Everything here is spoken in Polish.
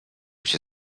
się